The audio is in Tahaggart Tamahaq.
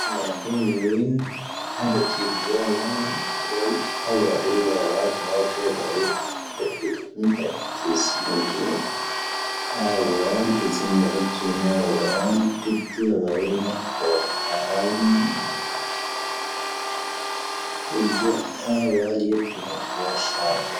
ⵏⵉⵔⵉⵏ ⵏⵉⵔⵉⵏ ⵀⴰⵍⴰⵜⵉⵔ ⵣⴰⵎⴰⵏ ⴼⵓⵍ ⴰⵡⴰⴷ ⵎⴳⴰⴱⵏⴰ ⵜⵉⵢⴰⴷⴰⴱⵉⵔⵉⵏ. ⵜⵉⵢⴰⴷⴰⴱⵉⵔⵉⵏ ⵜⵉⵢⴰⴷⴰⴱⵉⵔⵉⵏ. ⴰⵡⴰⴷ ⵜⵉⵣⵎⵀⴻⴽⵉⵏ ⴰⵡⴰⴷ ⵜⵉⵢⴰⴷⴰⴱⵉⵔⵉⵏ ⴰⵍ ⵇoⵔⴼⴰⵀⴰⵍ. ⵜⵉⵢⴰⴷⴰⴱⵉⵔⵉⵏ ⵜⵉⵢⴰⴷⴰⴱⵉⵔⵉⵏ.